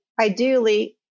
ideally